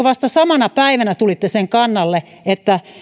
vasta samana päivänä sen kannalle että